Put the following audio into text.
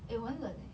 eh 我很冷 eh